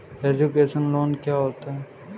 Education loan क्या होता है?